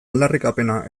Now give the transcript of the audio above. aldarrikapena